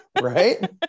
right